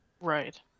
Right